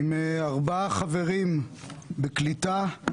עם ארבעה חברים בקליטה,